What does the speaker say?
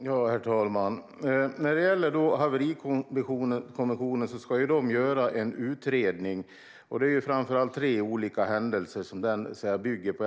Herr talman! Haverikommissionen ska göra en utredning. Det är framför allt tre olika händelser som den ska bygga på.